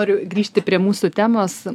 noriu grįžti prie mūsų temos